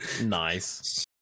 nice